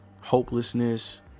hopelessness